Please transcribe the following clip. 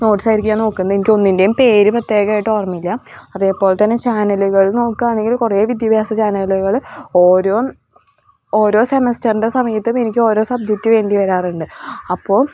notes ആയിരിക്കും നോക്കുന്നത് എനിക്ക് ഒന്നിന്റെയും പേര് പ്രത്യേകമായിട്ട് ഓർമ്മയില്ല അതേപോലെ തന്നെ ചാനലുകൾ നോക്കുകയാണെങ്കിൽ കുറേ വിദ്യാഭ്യാസ ചാനലുകൾ ഓരോ ഓരോ സെമെസ്റ്ററിൻ്റെ സമയത്തും എനിക്ക് ഓരോ സബ്ജറ്റ് വേണ്ടി വരാറുണ്ട് അപ്പോൾ